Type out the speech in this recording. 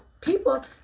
people